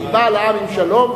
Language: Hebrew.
היא באה לעם עם שלום,